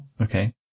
okay